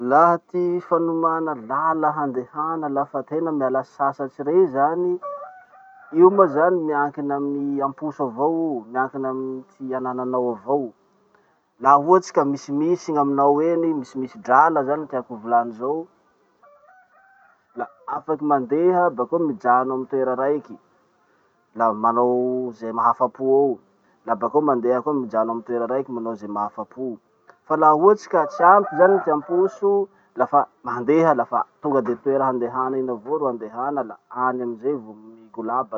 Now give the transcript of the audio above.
Laha ty fanomana lala handehana lafa tena miala sasatry rey zany. Io moa zany miankina amin'ny amposo avao io, miankina amy ty ananao avao. Laha ohatsy ka misimisy gn'aminao eny, misimisy drala zany tiako ho volany zao, la afaky mandeha bakeo mijano amy toera raiky, la manao ze mahafapo eo. La bakeo mandeha koa mijano amy toera raiky manao ze mahafapo. Fa laha ohatsy ka tsy ampy zany ty amposo, lafa mandeha lafa tonga de toera handehana iny avao ro andehana la any amizay vo migolabaky.